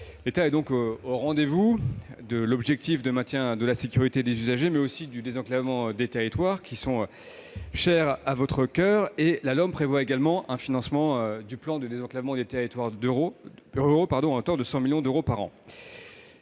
L'État est donc au rendez-vous de l'objectif de maintien de la sécurité des usagers, mais aussi du désenclavement des territoires qui sont chers à votre coeur. La LOM prévoit également un financement du plan de désenclavement des territoires ruraux à hauteur de 100 millions d'euros par an.